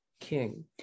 king